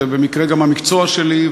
זה במקרה גם המקצוע שלי,